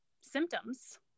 symptoms